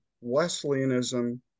Wesleyanism